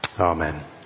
Amen